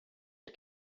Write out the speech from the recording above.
бер